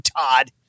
Todd